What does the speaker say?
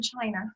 China